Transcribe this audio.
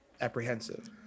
apprehensive